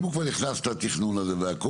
אם הוא כבר נכנס לתכנון הזה והכול,